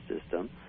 system